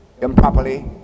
improperly